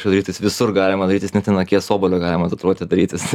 darytis visur galima darytis net an akies obuolio galima tatuiruotę darytis